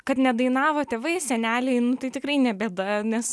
kad nedainavo tėvai seneliai nu tai tikrai ne bėda nes